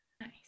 Nice